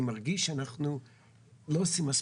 אני מרגיש שאנחנו לא עושים מספיק.